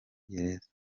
gereza